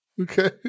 Okay